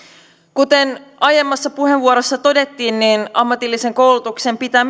kuten aiemmassa puheenvuorossa todettiin ammatillisen koulutuksen pitää